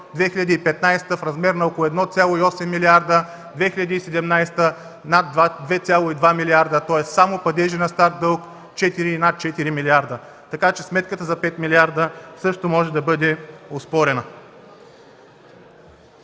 2015 г. в размер на около 1,8 милиарда; 2017 г. – над 2,2 милиарда. Тоест само падежи на стар дълг – 4 и над 4 милиарда, така че сметката за пет милиарда също може да бъде оспорена.